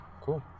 Cool